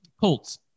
Colts